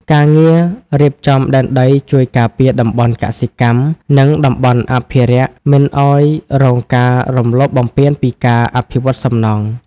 ការងាររៀបចំដែនដីជួយការពារតំបន់កសិកម្ម និងតំបន់អភិរក្សមិនឱ្យរងការរំលោភបំពានពីការអភិវឌ្ឍសំណង់។